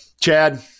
chad